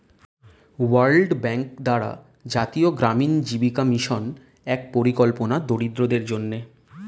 world Bank দ্বারা জাতীয় গ্রামীণ জীবিকা মিশন এক পরিকল্পনা দরিদ্রদের জন্যে